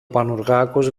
πανουργάκος